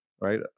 right